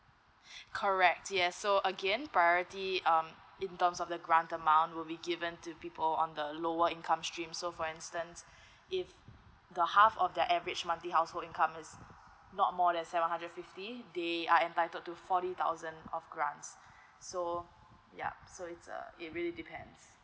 correct yes so again priority um in terms of the grant amount will be given to people on the lower income stream so for instance if the half of the average monthly household income is not more than seven hundred fifty they are entitled to forty thousand of grants so yup so it's uh it really depends